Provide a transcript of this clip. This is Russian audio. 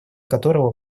которого